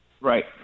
Right